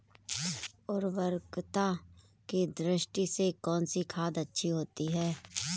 उर्वरकता की दृष्टि से कौनसी खाद अच्छी होती है?